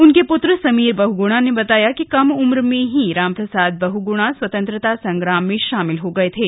उनके पुत्र समीर बहुगुणा ने बताया कि कम उम्र में ही रामप्रसाद बहुगुणा स्वतंत्रता संग्राम में शामिल हो गए थे